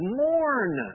mourn